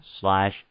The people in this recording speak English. slash